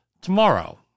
tomorrow